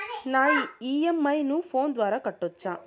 నా ఇ.ఎం.ఐ ను ఫోను ద్వారా కట్టొచ్చా?